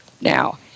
now